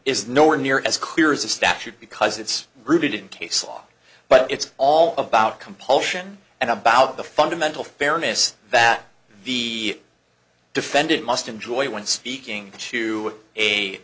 is nowhere near as clear as a statute because it's rooted in case law but it's all about compulsion and about the fundamental fairness that the defendant must enjoy when speaking to a